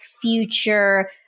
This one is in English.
future